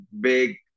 big